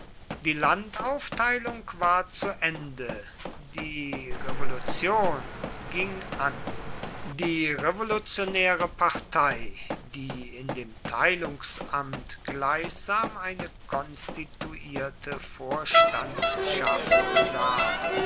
die landaufteilung war zu ende die revolution ging an die revolutionäre partei die in dem teilungsamt gleichsam eine konstituierte vorstandschaft besaß